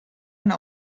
eine